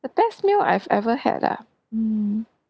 the best meal I've ever had ah um